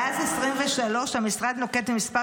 מי --- מאז 2023 המשרד נוקט מספר